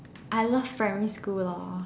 I love primary school loh